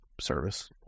service